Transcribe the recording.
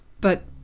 But